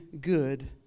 good